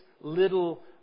little